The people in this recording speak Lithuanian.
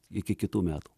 iki kitų metų